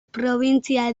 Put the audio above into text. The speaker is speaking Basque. probintzia